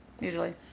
Usually